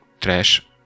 trash